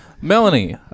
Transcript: Melanie